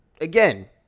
Again